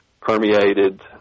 permeated